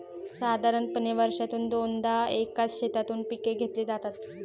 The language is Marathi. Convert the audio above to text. साधारणपणे वर्षातून दोनदा एकाच शेतातून पिके घेतली जातात